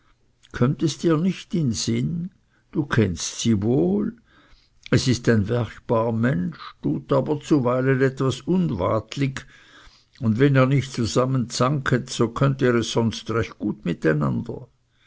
kömmt es dir nicht in sinn du kennst sie wohl es ist ein werchbar mensch tut aber zuweilen etwas uwatlig und wenn ihr nicht zusammen zanket so könnt ihr es sonst recht gut